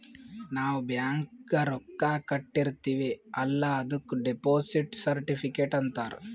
ನಾವ್ ಬ್ಯಾಂಕ್ಗ ರೊಕ್ಕಾ ಕಟ್ಟಿರ್ತಿವಿ ಅಲ್ಲ ಅದುಕ್ ಡೆಪೋಸಿಟ್ ಸರ್ಟಿಫಿಕೇಟ್ ಅಂತಾರ್